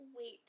wait